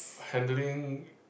handling